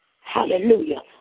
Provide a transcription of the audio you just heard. hallelujah